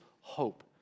hope